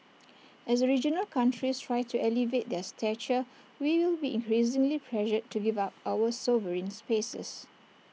as regional countries try to elevate their stature we will be increasingly pressured to give up our sovereign spaces